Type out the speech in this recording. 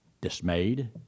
dismayed